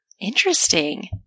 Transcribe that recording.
Interesting